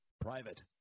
private